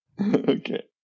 Okay